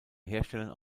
herstellern